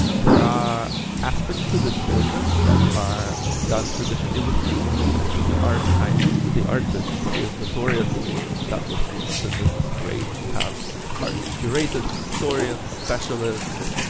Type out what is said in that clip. there are aspects of this business that are done traditionally with humans and the art kind of the art business is notoriously done with humans and this is great, you have art curators, historian, specialists,